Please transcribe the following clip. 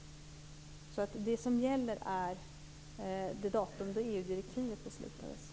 Det som gäller är det datum då EU-direktivet beslutades.